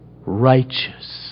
righteous